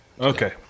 Okay